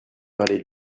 parler